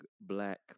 black